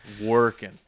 working